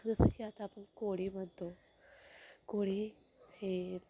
जसं की आता आपण कोळी म्हणतो कोळी हे